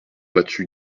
battu